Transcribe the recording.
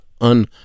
un